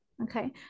okay